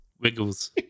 wiggles